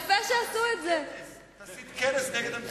את עשית כנס נגד המדיניות של ראש הממשלה.